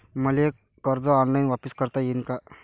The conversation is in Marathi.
मले कर्ज ऑनलाईन वापिस करता येईन का?